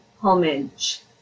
homage